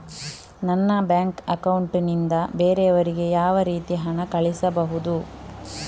ನನ್ನ bank account ನಿಂದ ಬೇರೆಯವರಿಗೆ ಯಾವ ರೀತಿ ಹಣ ಕಳಿಸಬಹುದು?